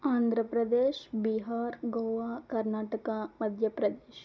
Andhra Pradesh Bihar Goa Karnataka Madhya Pradesh